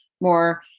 more